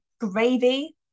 gravy